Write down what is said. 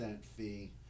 fee